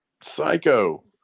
psycho